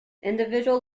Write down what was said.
individual